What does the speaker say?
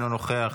אינו נוכח,